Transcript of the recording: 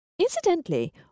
Incidentally